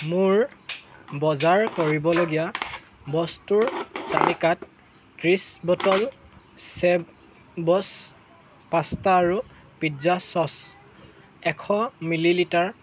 মোৰ বজাৰ কৰিবলগীয়া বস্তুৰ তালিকাত ত্ৰিশ বটল চেফবছ পাস্তা আৰু পিজ্জা চচ এশ মিলি লিটাৰ